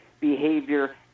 behavior